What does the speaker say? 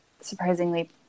surprisingly